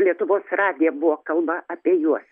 lietuvos radiją buvo kalba apie juos